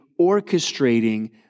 orchestrating